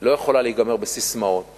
לא יכולה להיגמר בססמאות